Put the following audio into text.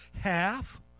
half